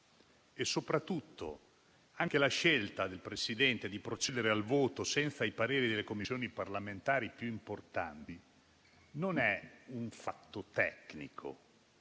Soprattutto, anche la scelta del Presidente di procedere al voto senza i pareri delle Commissioni parlamentari più importanti non è un fatto tecnico,